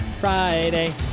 Friday